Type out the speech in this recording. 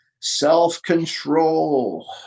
self-control